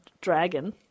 Dragon